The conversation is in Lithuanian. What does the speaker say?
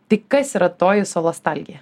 tik kas yra toji solostalgija